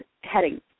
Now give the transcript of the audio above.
heading